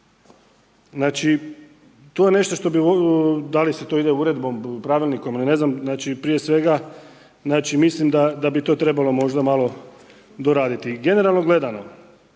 Znači, to je nešto što bi, da li se to ide Uredbom, Pravilnikom ili ne znam. Prije svega, znači mislim da bi to trebalo možda malo doraditi. Generalno gledano,